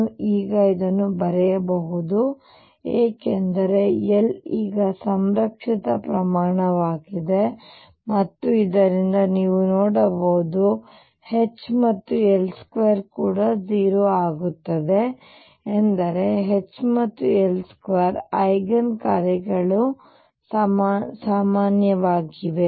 ನಾನು ಈಗ ಇದನ್ನು ಬರೆಯಬಹುದು ಏಕೆಂದರೆ L ಈಗ ಸಂರಕ್ಷಿತ ಪ್ರಮಾಣವಾಗಿದೆ ಮತ್ತು ಇದರಿಂದ ನೀವು ನೋಡಬಹುದು H ಮತ್ತು L2 ಕೂಡ 0 ಆಗುತ್ತದೆ ಎಂದರೆ H ಮತ್ತು L2 ನ ಐಗನ್ ಕಾರ್ಯಗಳು ಸಾಮಾನ್ಯವಾಗಿದೆ